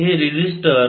हे रेसिस्टर